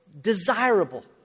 desirable